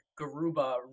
Garuba